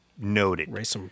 noted